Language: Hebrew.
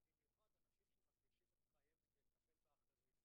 ובמיוחד אנשים שמקדישים את חייהם כדי לטפל באחרים,